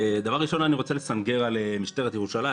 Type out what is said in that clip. דבר ראשון, אני רוצה לסנגר על משטרת ירושלים.